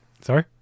Sorry